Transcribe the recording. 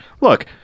Look